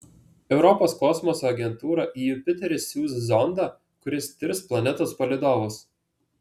europos kosmoso agentūra į jupiterį siųs zondą kuris tirs planetos palydovus